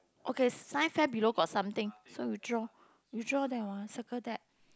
okay science fair below got something so you draw you draw there one circle that